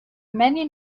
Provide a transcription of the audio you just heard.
many